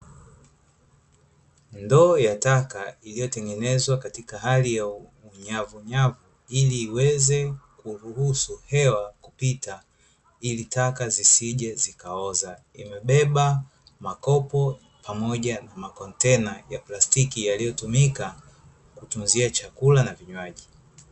Ndoo ya taka iliyotengenezwa katika hali ya unyavunyavu ili iweze kuruhusu hewa kupita ili taka zisije zikaoza imebeba makopo pamoja na makontena ya plastiki yaliyotumika kutunzia chakula na vinywaji.